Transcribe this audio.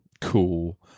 Cool